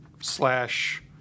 slash